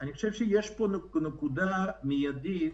יש פה נקודה מיידית,